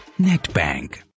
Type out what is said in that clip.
NetBank